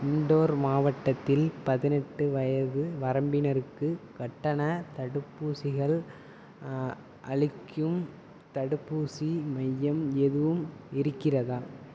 indoor மாவட்டத்தில் பதினெட்டு வயது வரம்பினருக்கு கட்டணத் தடுப்பூசிகள் அளிக்கும் தடுப்பூசி மையம் எதுவும் இருக்கிறதா